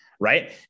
Right